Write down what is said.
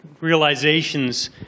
realizations